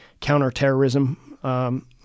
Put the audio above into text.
counterterrorism